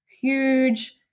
huge